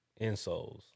insoles